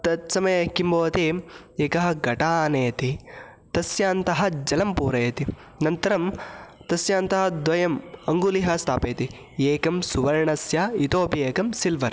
तत्समये किं भवति एकः घटम् आनयति तस्यान्तः जलं पूरयति अनन्तरं तस्यान्तः द्वयम् अङ्गुलीः स्थापयति एकं सुवर्णस्य इतोपि एकं सिल्वर्